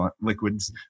liquids